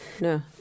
no